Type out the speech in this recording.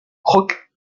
kock